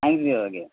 time দেবো আগে